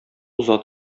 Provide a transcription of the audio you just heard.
уза